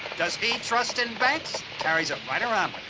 does he trust in banks? carries it right around with